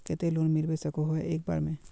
केते लोन मिलबे सके है एक बार में?